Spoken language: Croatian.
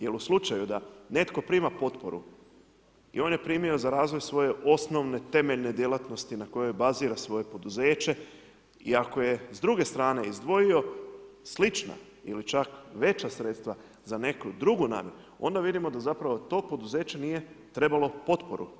Jer u slučaju da netko prima potporu i on je primio za razvoj svoje temeljne djelatnosti na kojoj bazira svoje poduzeće i ako je s druge strane izdvojio slična ili čak veća sredstva za neku drugu namjenu, onda vidimo da zapravo to poduzeće nije trebalo potporu.